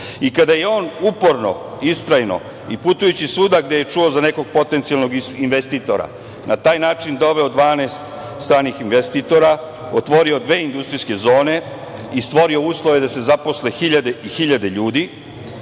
Kada je on uporno, istrajno i putujući svuda gde je čuo za nekog potencijalnog investitora na taj način doveo 12 stranih investitora, otvorio dve industrijske zone i stvorio uslove da se zaposle hiljade i hiljade ljudi,